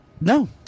No